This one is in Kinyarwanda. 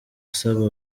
asaba